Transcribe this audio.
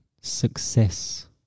success